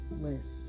list